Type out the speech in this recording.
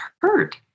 hurt